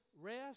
rest